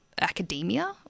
academia